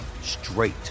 straight